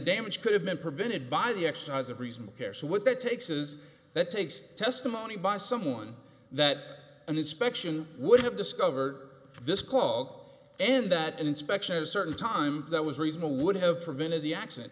damage could have been prevented by the exercise of reasonable care so what it takes is it takes testimony by someone that an inspection would have discovered this call and that an inspection of certain time that was reasonable would have prevented the accident